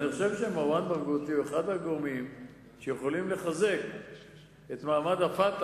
אני חושב שמרואן ברגותי הוא אחד הגורמים שיכולים לחזק את מעמד ה"פתח"